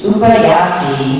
Upayati